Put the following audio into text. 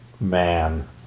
man